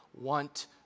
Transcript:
want